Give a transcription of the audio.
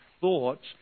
thoughts